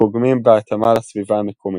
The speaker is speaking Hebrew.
ופוגמים בהתאמה לסביבה המקומית.